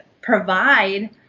provide